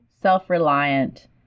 self-reliant